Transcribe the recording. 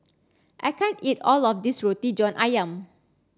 I can't eat all of this Roti John Ayam